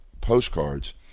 postcards